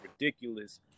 ridiculous